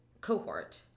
cohort